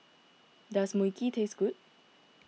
does Mui Kee taste good